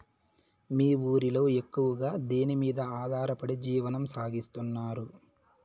మీ ఊరిలో ఎక్కువగా దేనిమీద ఆధారపడి జీవనం సాగిస్తున్నారు?